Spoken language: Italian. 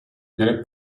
nelle